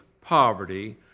poverty